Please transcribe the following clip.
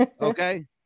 Okay